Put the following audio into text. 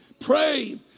Pray